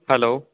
hello